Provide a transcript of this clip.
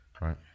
Right